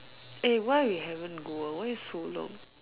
eh why we haven't go ah why is it so long